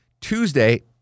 Tuesday